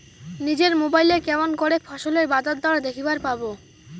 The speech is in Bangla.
নিজের মোবাইলে কেমন করে ফসলের বাজারদর দেখিবার পারবো?